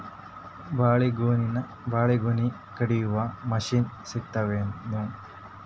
ಬಾಳಿಗೊನಿ ಕಡಿಯು ಮಷಿನ್ ಸಿಗತವೇನು?